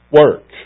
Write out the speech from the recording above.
work